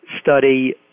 study